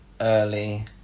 early